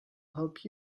help